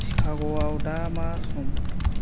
चिकाग'आव दा मा सम